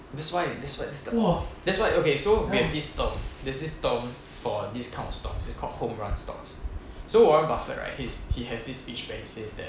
that's why that's why that's the that's why okay so we have this term there's this term for this kind of stocks it's called home run stocks so warren buffet right his he has this each analysis that